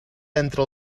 entre